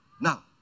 Now